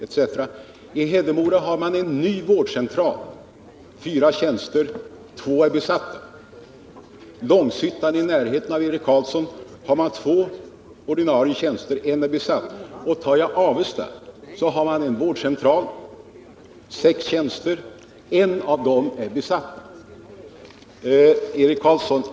Vid vårdcentralen i Hedemora har man fyra tjänster, två är besatta med ordinarie läkare. Långshyttan har två ordinarie tjänster, varav en är besatt med ordinarie innehavare. I Avesta har man en vårdcentral med sex tjänster, men endast en av dem är besatt med ordinarie läkare.